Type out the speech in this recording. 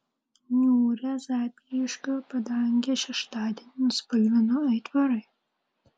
niūrią zapyškio padangę šeštadienį nuspalvino aitvarai